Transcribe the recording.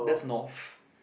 that's North